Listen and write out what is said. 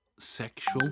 Sexual